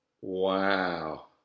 Wow